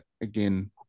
again